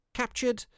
captured